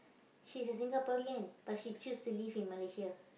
she's a Singaporean but she choose to live in Malaysia